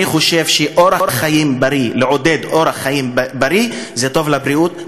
אני חושב שלעודד אורח חיים בריא זה טוב לבריאות,